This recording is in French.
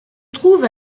trouve